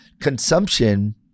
consumption